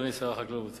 אדוני שר החקלאות,